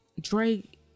Drake